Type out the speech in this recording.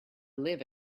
live